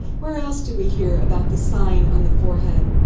where else do we hear about the sign on the forehead?